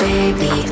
Baby